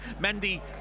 Mendy